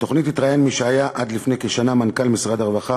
בתוכנית התראיין מי שהיה עד לפני כשנה מנכ"ל משרד הרווחה,